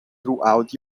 throughout